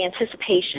anticipation